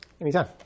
Anytime